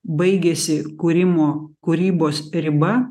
baigėsi kūrimo kūrybos riba